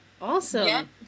Awesome